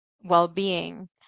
well-being